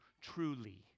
truly